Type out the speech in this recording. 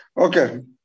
Okay